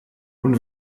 und